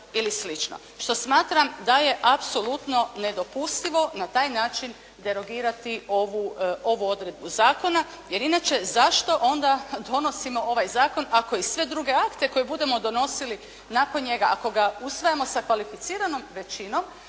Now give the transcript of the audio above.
ili slično, što smatram da je apsolutno nedopustivo na taj način derogirati ovu odredbu zakona. Jer inače, zašto onda donosimo ovaj zakon ako i sve druge akte koje budemo donosili nakon njega ako ga usvajamo sa kvalificiranom većinom,